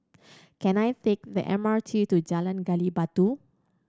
can I take the M R T to Jalan Gali Batu